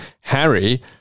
Harry